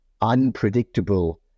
unpredictable